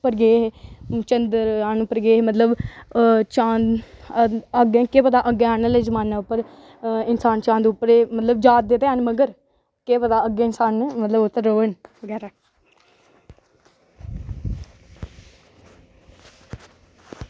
पर गे हे चन्द्रेयांन पर गे हे मतलब चांद केह् पता अग्गैं औने आह्लें समें च इंसान चांद पर जा दे ते हैन मगर अग्गैं केह् पता उद्धर रवै बगैरा